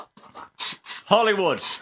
Hollywood